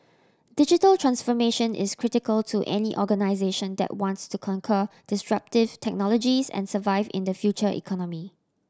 digital transformation is critical to any organisation that wants to conquer disruptive technologies and survive in the future economy